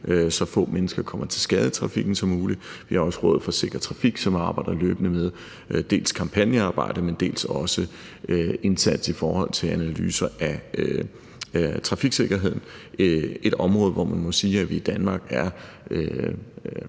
så få mennesker som muligt kommer til skade i trafikken. Vi har også Rådet for Sikker Trafik, som arbejder løbende med dels kampagnearbejde, dels indsats i forhold til analyser af trafiksikkerheden. Det er et område, hvor man må sige, at vi i Danmark er